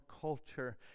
culture